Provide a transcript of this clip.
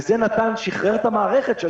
וזה שחרר את המערכת,